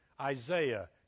Isaiah